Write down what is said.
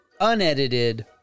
unedited